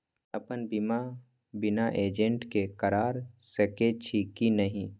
अपन बीमा बिना एजेंट के करार सकेछी कि नहिं?